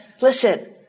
Listen